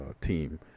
team